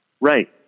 Right